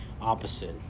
opposite